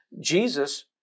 Jesus